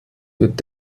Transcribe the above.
wird